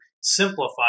simplify